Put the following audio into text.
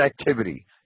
activity